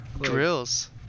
Drills